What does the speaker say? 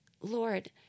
Lord